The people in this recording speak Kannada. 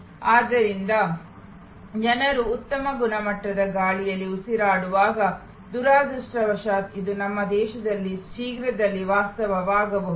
ಆದ್ದರಿಂದ ಜನರು ಉತ್ತಮ ಗುಣಮಟ್ಟದ ಗಾಳಿಯಲ್ಲಿ ಉಸಿರಾಡುವಾಗ ದುರದೃಷ್ಟವಶಾತ್ ಇದು ನಮ್ಮ ದೇಶದಲ್ಲಿ ಶೀಘ್ರದಲ್ಲೇ ವಾಸ್ತವವಾಗಬಹುದು